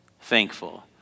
thankful